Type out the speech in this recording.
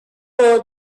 will